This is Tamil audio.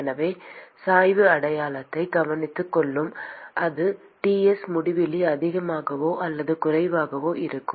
எனவே சாய்வு அடையாளத்தை கவனித்துக் கொள்ளும் அது Ts முடிவிலி அதிகமாகவோ அல்லது குறைவாகவோ இருக்கும்